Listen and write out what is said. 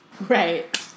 right